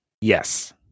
yes